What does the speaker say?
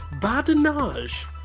Badinage